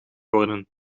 worden